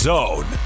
Zone